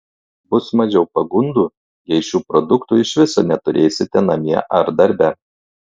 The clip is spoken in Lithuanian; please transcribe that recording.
bus mažiau pagundų jei šių produktų iš viso neturėsite namie ar darbe